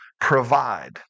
provide